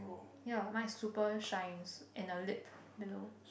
ya mine is super shines and a lip below